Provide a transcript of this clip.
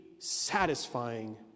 satisfying